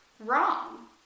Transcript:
wrong